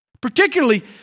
Particularly